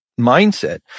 mindset